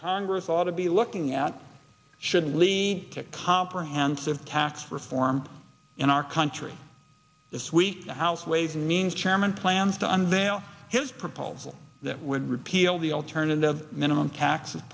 congress ought to be looking at should lead to comprehensive tax reform in our country this week the house ways and means chairman plans to unveil his proposal that would repeal the alternative minimum tax